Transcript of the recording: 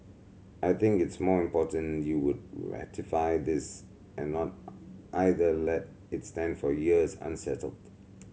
I think it's more important you would ratify this and not either let it stand for years unsettled